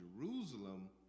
Jerusalem